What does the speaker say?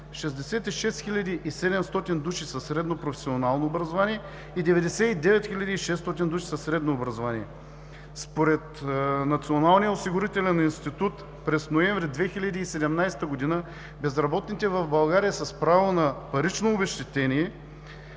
66 700 души със средно професионално образование и 99 600 души със средно образование. Според Националния осигурителен институт през ноември 2017 г. безработните в България с право на парично обезщетение